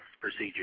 procedure